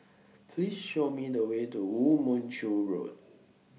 Please Show Me The Way to Woo Mon Chew Road